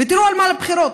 ותראו על מה הבחירות: